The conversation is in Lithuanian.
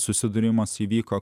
susidūrimas įvyko